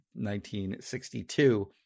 1962